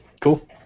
cool